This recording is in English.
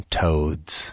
toads